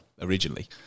originally